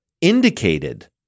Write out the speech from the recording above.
indicated